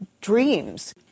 dreams